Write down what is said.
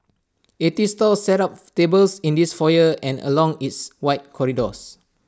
eighty stalls set up tables in its foyer and along its wide corridors